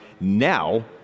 now